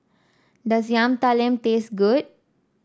does Yam Talam taste good